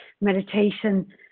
meditation